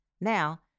Now